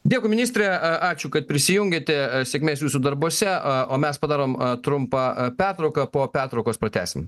dėkui ministre a ačiū kad prisijungiate sėkmės jūsų darbuose a o mes padarom trumpą a pertrauką po pertraukos pratęsim